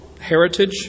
heritage